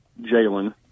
Jalen –